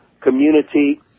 community